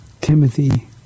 Timothy